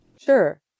Sure